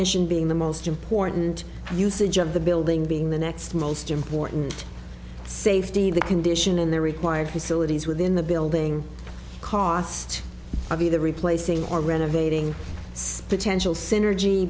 mission being the most important usage of the building being the next most important safety the condition and the required facilities within the bill ing cost of either replacing or renovating split tensional synergy